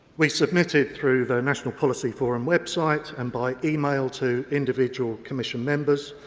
we submitted through the national policy forum website and by email to individual commission members.